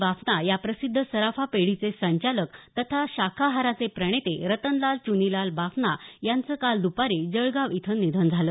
बाफना या प्रसिद्ध सराफा पेढीचे संचालक तथा शाकाहाराचे प्रणेते रतनलाल च्नीलाल बाफना यांचं काल दुपारी जळगाव इथं निधन झालं